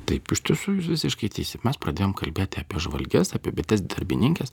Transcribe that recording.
taip iš tiesų jūs visiškai teisi mes pradėjom kalbėti apie žvalges apie bites darbininkes